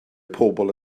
pobol